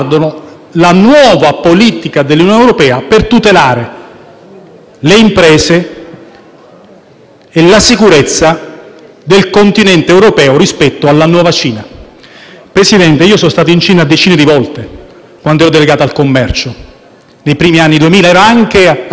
e la sicurezza del Continente europeo rispetto alla nuova Cina. Signor Presidente, sono stato in Cina decine di volte quand'ero delegato al commercio, nei primi anni del 2000; ero anche a Doha al WTO quando fu accolta la Cina. Ma quella Cina non era questa Cina.